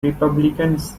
republicans